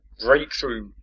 breakthrough